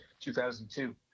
2002